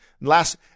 last